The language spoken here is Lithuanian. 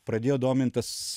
pradėjo domint tas